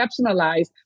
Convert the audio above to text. exceptionalized